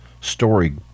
story